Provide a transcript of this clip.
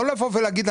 לא לבוא ולהגיד,